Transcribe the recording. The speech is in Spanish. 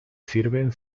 sirven